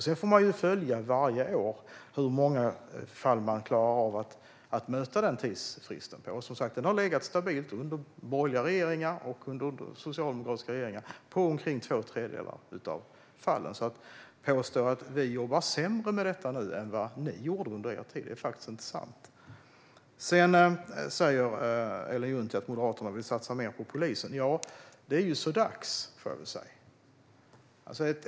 Sedan får vi varje år följa i hur många fall man klarar av att möta tidsfristen. Det hela har legat stabilt på omkring två tredjedelar av fallen under såväl borgerliga som socialdemokratiska regeringar, så det är faktiskt inte sant att vi skulle jobba sämre med detta än vad ni gjorde under er tid. Ellen Juntti säger att Moderaterna vill satsa mer på polisen. Det är så dags, får jag väl säga.